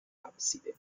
abside